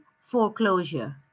foreclosure